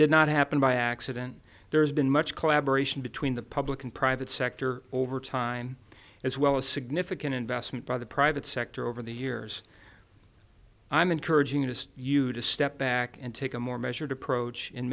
did not happen by accident there's been much collaboration between the public and private sector over time as well as significant investment by the private sector over the years i'm encouraging it as you to step back and take a more measured approach and